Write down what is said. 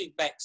feedbacks